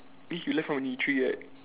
eh you left only three right